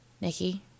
Nikki